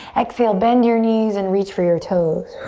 exhale, bend your knees and reach for your toes.